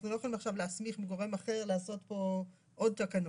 אנחנו לא יכולים עכשיו להסמיך גורם אחר לעשות פה עוד תקנות.